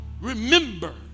remember